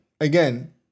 again